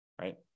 right